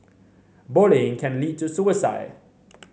bullying can lead to suicide